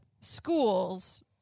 schools